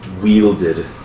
wielded